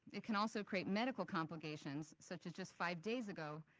it can also create medical complications such as just five days ago,